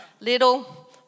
little